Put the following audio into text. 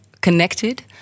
connected